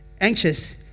Anxious